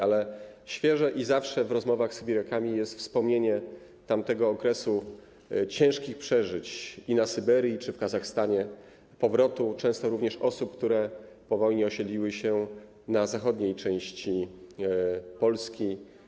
Ale zawsze świeże w rozmowach z sybirakami jest wspomnienie tamtego okresu ciężkich przeżyć na Syberii czy w Kazachstanie, powrotu, często również powrotu osób, które po wojnie osiedliły się w zachodniej części Polski.